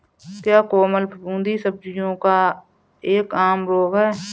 क्या कोमल फफूंदी सब्जियों का एक आम रोग है?